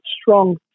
strong